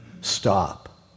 stop